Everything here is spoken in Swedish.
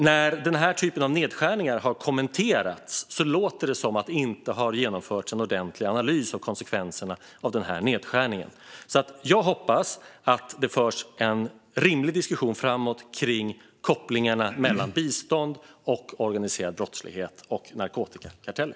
När denna typ av nedskärningar har kommenterats har det låtit som att det inte har genomförts någon ordentlig analys av konsekvenserna. Jag hoppas att det förs en rimlig diskussion framåt kring kopplingarna mellan bistånd och organiserad brottslighet och narkotikakarteller.